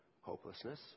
hopelessness